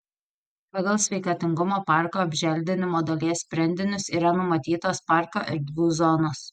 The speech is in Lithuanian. pagal sveikatingumo parko apželdinimo dalies sprendinius yra numatytos parko erdvių zonos